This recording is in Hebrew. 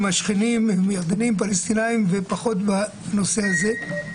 השכנים ירדנים ופלסטינים ופחות בנושא הזה.